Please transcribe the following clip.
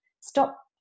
stop